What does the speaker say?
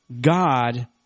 God